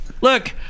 Look